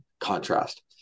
contrast